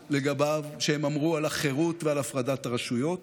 שהם אמרו על החירות ועל הפרדת הרשויות.